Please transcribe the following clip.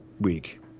week